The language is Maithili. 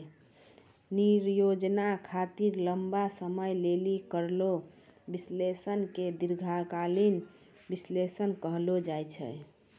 नियोजन खातिर लंबा समय लेली करलो विश्लेषण के दीर्घकालीन विष्लेषण कहलो जाय छै